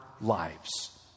lives